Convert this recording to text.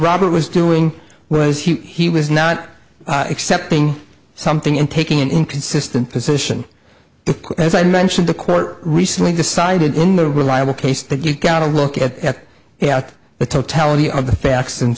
robert was doing was he was not accepting something in taking an inconsistent position as i mentioned the court recently decided in the reliable case that you've got to look at it out the totality of the facts and